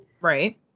right